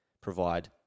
provide